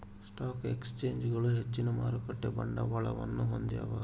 stock ಎಕ್ಸ್ಚೇಂಜ್ಗಳು ಹೆಚ್ಚಿನ ಮಾರುಕಟ್ಟೆ ಬಂಡವಾಳವನ್ನು ಹೊಂದ್ಯಾವ